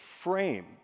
frame